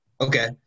Okay